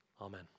Amen